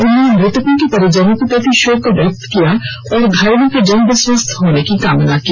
उन्होंने मृतकों के परिजनों के प्रति शोक व्यक्त किया और घायलों के जल्द स्वस्थ होने की कामना की